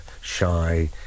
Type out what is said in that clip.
shy